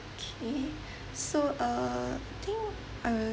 okay so uh I think uh